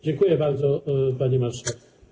Dziękuję bardzo, panie marszałku.